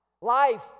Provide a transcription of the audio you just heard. life